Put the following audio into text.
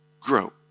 grow